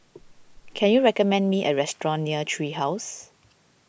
can you recommend me a restaurant near Tree House